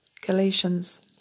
Galatians